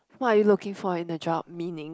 what are you looking for in a job meaning